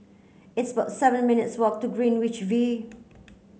it's about seven minutes' walk to Greenwich V